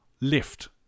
Lift